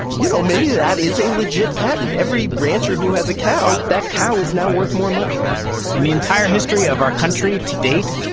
you know, maybe that is a legit patent. every rancher who has a cow that cow is now worth more money in the entire history of our country to date,